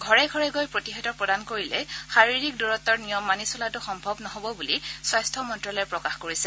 ঘৰে ঘৰে গৈ প্ৰতিষেধক প্ৰদান কৰিলে শাৰীৰিক দূৰত্বৰ নিয়ম মানি চলাটো সম্ভৱ নহব বুলিও স্বাস্থ্য মন্ত্যালয়ে প্ৰকাশ কৰিছে